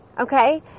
Okay